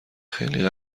خیلی